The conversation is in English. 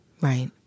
Right